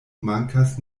mankas